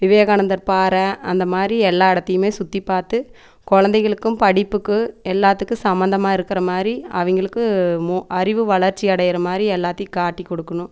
விவேகானந்தர் பாறை அந்தமாதிரி எல்லா இடத்தையுமே சுற்றி பார்த்து குழந்தைகளுக்கும் படிப்புக்கு எல்லாத்துக்கு சம்மந்தமாக இருக்குறமாதிரி அவங்களுக்கு மோ அறிவு வளர்ச்சி அடையுறமாதிரி எல்லாத்தையும் காட்டிக்கொடுக்குணும்